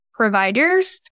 providers